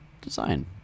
design